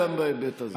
גם בהיבט הזה.